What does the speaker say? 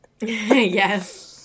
Yes